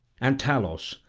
and talos,